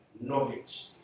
knowledge